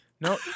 no